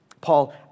Paul